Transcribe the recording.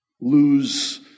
lose